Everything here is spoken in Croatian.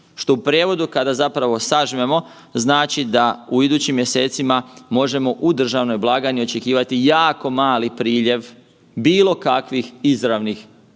Što u prijevodu kada zapravo sažmemo znači da u idućim mjesecima možemo u državnoj blagajni očekivati jako mali priljev bilo kakvih izravnih